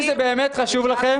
--- אם זה אמת חשוב לכם,